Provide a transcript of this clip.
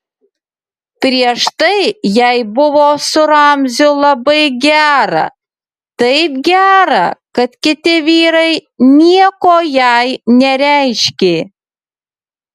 prieš tai jai buvo su ramziu labai gera taip gera kad kiti vyrai nieko jai nereiškė